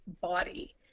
body